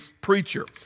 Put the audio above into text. preacher